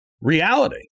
reality